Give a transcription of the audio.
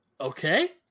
Okay